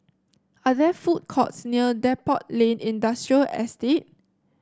are there food courts near Depot Lane Industrial Estate